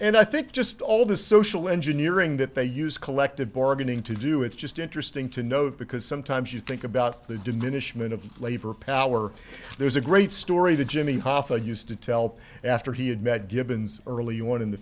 and i think just all the social engineering that they use collective bargaining to do it's just interesting to note because sometimes you think about the diminishment of labor power there's a great story that jimmy hoffa used to tell after he had met gibbons early you want in the